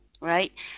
right